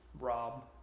Rob